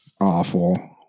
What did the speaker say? awful